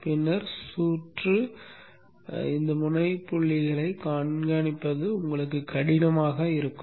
பின்னர் சுற்று முனை புள்ளிகளைக் கண்காணிப்பது உங்களுக்கு கடினமாக இருக்கும்